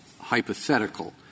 hypothetical